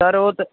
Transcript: sir ਉਹ ਤਾਂ